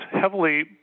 heavily